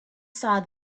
saw